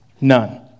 None